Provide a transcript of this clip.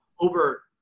over